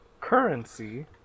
currency